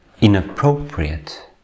inappropriate